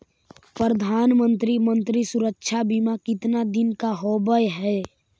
प्रधानमंत्री मंत्री सुरक्षा बिमा कितना दिन का होबय है?